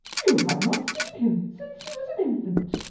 you had not seen him since he was an infant.